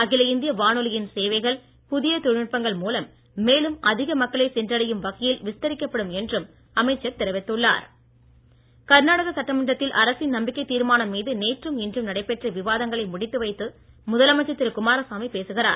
அகில இந்திய வானொலியின் சேவைகள் புதிய தொழில்நுட்பங்கள் மூலம் மேலும் அதிக மக்களை சென்றடையும் வகையில் விஸ்தரிக்கப்படும் என்றும் அமைச்சர் தெரிவித்துள்ளார் கர்நாடகா கர்நாடக சட்டமன்றத்தில் அரசின் நம்பிக்கை தீர்மானம் மீது நேற்றும் இன்றும் நடைபெற்ற விவாதங்களை முடித்து வைத்து முதலமைச்சர் திரு குமாரசாமி பேசுகிறார்